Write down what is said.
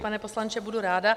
Pane poslanče, budu ráda.